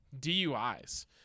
DUIs